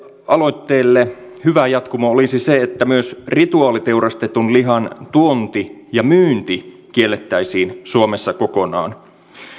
aloitteelle hyvä jatkumo olisi se että myös rituaaliteurastetun lihan tuonti ja myynti kiellettäisiin suomessa kokonaan